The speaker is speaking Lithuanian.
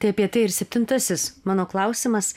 tai apie tai ir septintasis mano klausimas